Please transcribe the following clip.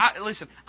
listen